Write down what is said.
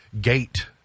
gate